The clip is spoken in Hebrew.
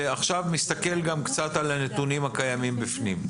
ועכשיו מסתכל גם קצת על הנתונים הקיימים בפנים,